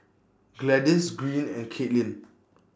Gladis Greene and Caitlynn